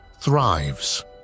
thrives